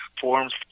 forms